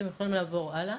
אתם יכולים לעבור הלאה,